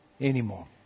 anymore